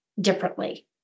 differently